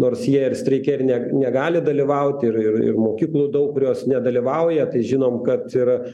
nors jie ir streike ir ne negali dalyvauti ir ir mokyklų daug kurios nedalyvauja tai žinom kad ir